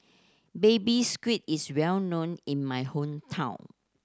Baby Squid is well known in my hometown